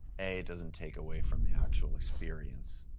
a, it doesn't take away from the actual experience.